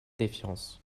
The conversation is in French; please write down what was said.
défiance